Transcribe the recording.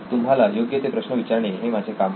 तुम्हाला योग्य ते प्रश्न विचारणे हे माझे काम आहे